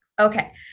Okay